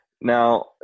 Now